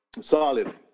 Solid